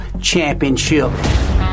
Championship